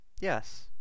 yes